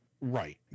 Right